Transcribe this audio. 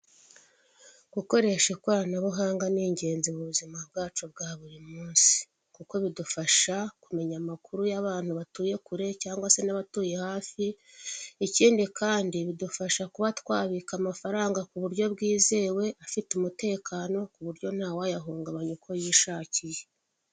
Gukoresha ikoranabuhanga ni ingenzi mu buzima bwacu bwa buri munsi, kuko bidufasha kumenya amakuru y'abantu batuye kure cyangwa se n'abatuye hafi; ikindi kandi bidufasha kuba twabika amafaranga ku buryo bwizewe afite umutekano ku buryo ntawayahungabanya uko yishakiye.